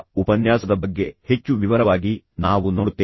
ಈ ಅಂಶದಲ್ಲಿ ಮುಂಬರುವ ಉಪನ್ಯಾಸದ ಬಗ್ಗೆ ಹೆಚ್ಚು ವಿವರವಾಗಿ ನಾವು ನೋಡುತ್ತೇವೆ